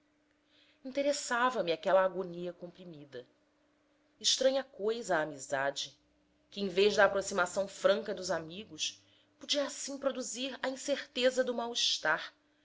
traços interessava me aquela agonia comprimida estranha coisa a amizade que em vez da aproximação franca dos amigos podia assim produzir a incerteza do